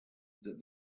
that